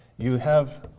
you have